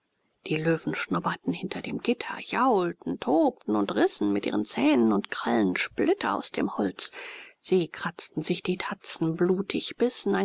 die löwen schnoberten hinter dem gitter jaulten tobten und rissen mit ihren zähnen und krallen splitter aus dem holz sie kratzten sich die tatzen blutig bissen